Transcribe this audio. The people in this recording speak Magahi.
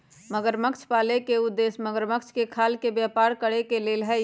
मगरमच्छ पाले के उद्देश्य मगरमच्छ के खाल के व्यापार करे के हई